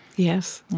yes.